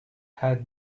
had